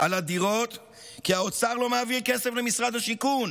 על הדירות כי האוצר לא מעביר כסף למשרד השיכון